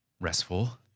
restful